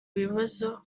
bibazo